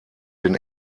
den